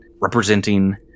representing